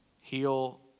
heal